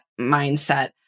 mindset